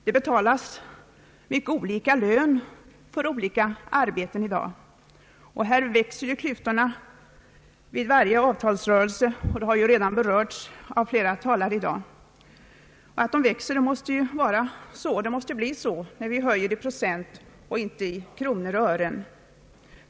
Det betalas mycket olika lön för olika arbeten i dag. Här växer klyftorna vid varje avtalsrörelse — detta har redan berörts i dag av flera talare. Klyftorna växer när lönerna höjs i procent och inte med belopp i kronor och ören.